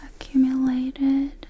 accumulated